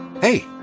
Hey